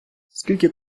скільки